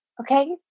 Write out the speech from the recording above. Okay